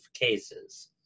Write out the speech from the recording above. cases